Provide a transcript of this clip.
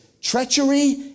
Treachery